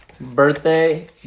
Birthday